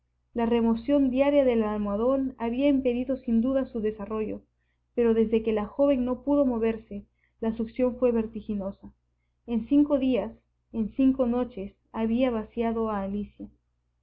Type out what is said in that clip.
la remoción diaria del almohadón había impedido sin duda su desarrollo pero desde que la joven no pudo moverse la succión fué vertiginosa en cinco días en cinco noches había vaciado a alicia